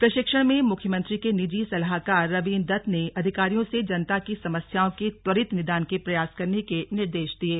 प्रशिक्षण में मुख्यमंत्री के निजी सलाहकार रविन्द्र दत्त ने अधिकारियों से जनता की समस्याओं के त्वरित निदान के प्रयास करने के निर्देश दिये